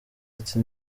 ati